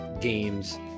games